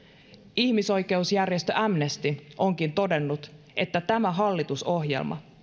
ihmisoikeusjärjestö amnesty onkin todennut että tämä hallitusohjelma